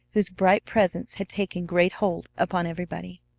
whose bright presence had taken great hold upon everybody.